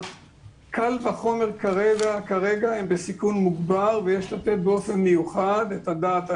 קל וחומר כרגע הם בסיכון מוגבר ובאופן מיוחד יש לתת את הדעת עליהם.